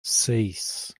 seis